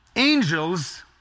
Angels